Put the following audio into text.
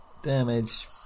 damage